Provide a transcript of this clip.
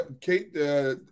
Kate